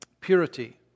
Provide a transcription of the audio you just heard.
Purity